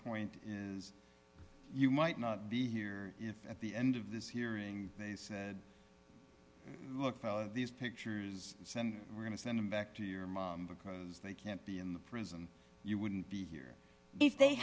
point you might not be here if at the end of this hearing they said look fella these pictures send we're going to send them back to you because they can't be in the prison you wouldn't be here